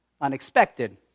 Unexpected